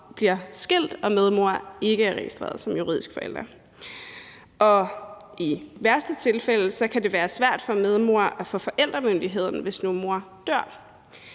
og medmor ikke er registreret som juridisk forælder. I værste tilfælde kan det være svært for medmor at få forældremyndigheden, hvis nu mor dør.